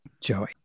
Joey